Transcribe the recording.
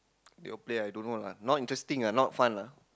they all player lah I don't know lah not interesting ah not fun lah